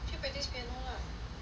去 practice piano lah